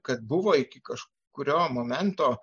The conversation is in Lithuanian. kad buvo iki kažkurio momento